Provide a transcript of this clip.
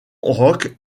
roque